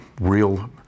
real